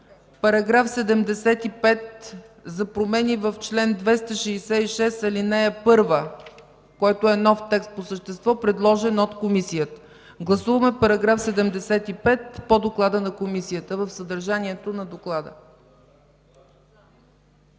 § 75 за промени в чл. 266, ал. 1, което е нов текст по същество, предложен от Комисията. Гласуваме § 75 по доклада на Комисията, в съдържанието на доклада.